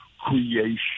creation